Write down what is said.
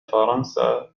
فرنسا